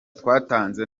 twatanze